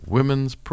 Women's